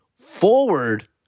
forward